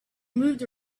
moved